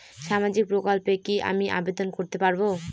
সামাজিক প্রকল্পে কি আমি আবেদন করতে পারবো?